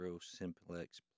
Simplex